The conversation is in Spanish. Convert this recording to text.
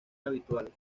habituales